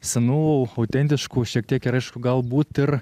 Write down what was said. senų autentiškų šiek tiek ir aišku galbūt ir